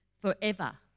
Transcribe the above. forever